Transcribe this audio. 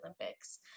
Olympics